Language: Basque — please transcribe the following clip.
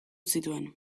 zituen